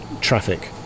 traffic